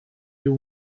you